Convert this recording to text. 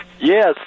yes